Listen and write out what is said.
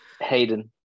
Hayden